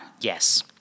Yes